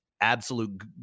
absolute